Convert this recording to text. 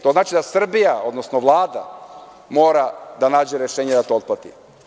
To znači da Srbija, odnosno Vlada, mora da nađe rešenje da to otplati.